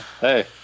Hey